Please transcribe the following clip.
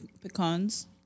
pecans